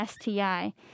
STI